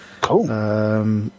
Cool